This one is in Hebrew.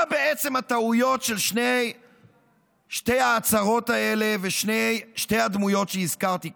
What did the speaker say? מה בעצם הטעויות של שתי ההצהרות האלה של שתי הדמויות שהזכרתי,